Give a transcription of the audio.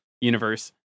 universe